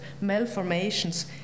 malformations